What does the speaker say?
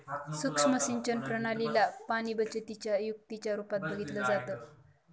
सुक्ष्म सिंचन प्रणाली ला पाणीबचतीच्या युक्तीच्या रूपात बघितलं जातं